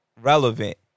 relevant